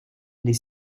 les